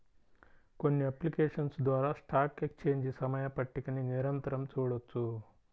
కొన్ని అప్లికేషన్స్ ద్వారా stock exchange సమయ పట్టికని నిరంతరం చూడొచ్చు